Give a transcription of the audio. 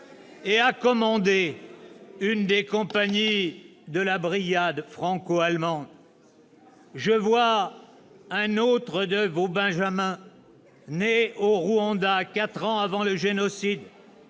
et a commandé une des compagnies de la Brigade franco-allemande. « Je vois un autre de vos benjamins, né au Rwanda quatre ans avant le génocide